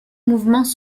mouvements